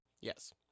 Yes